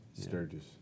Sturgis